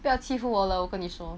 不要欺负我了我跟你说